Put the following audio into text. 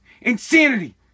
Insanity